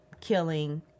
killing